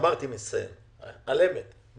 גמרתי מצטיין בים,